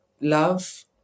love